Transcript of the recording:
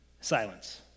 Silence